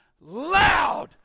loud